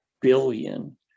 billion